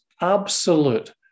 absolute